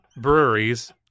breweries